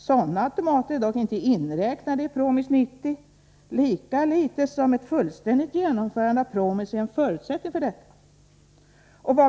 Sådana automater är dock inte inräknade i PROMIS 90, lika litet som ett fullständigt genomförande av PROMIS är en förutsättning för detta.